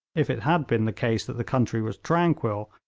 if it had been the case that the country was tranquil,